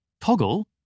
Toggle